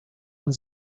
und